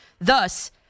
thus